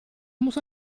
muss